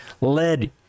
led